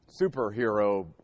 superhero